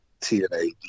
TNA